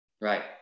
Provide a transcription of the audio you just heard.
Right